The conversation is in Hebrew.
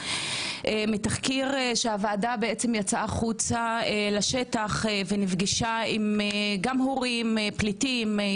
מתחקיר שהוועדה בעצם יצאה החוצה לשטח ונפגשה עם גם הורים פליטים,